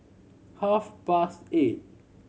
half past eight